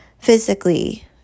physically